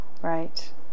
right